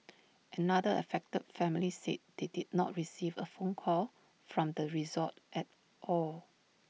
another affected family said they did not receive A phone call from the resort at all